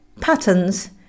patterns